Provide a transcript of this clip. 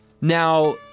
now